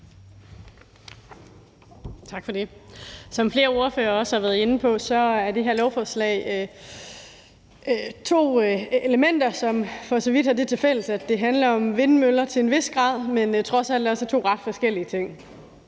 Munk (SF): Som flere ordførere også har været inde på, består det her lovforslag af elementer, som så vidt har det tilfælles, at de til en vis grad handler om vindmøller, men trods alt også af to ret forskellige ting.